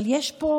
אבל יש פה